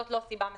זו לא סיבה מספקת,